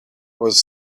was